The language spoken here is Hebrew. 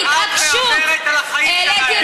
התכוונו שזה